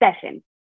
session